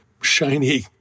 shiny